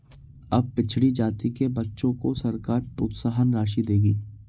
अब पिछड़ी जाति के बच्चों को सरकार प्रोत्साहन राशि देगी